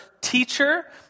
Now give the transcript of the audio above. teacher